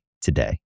today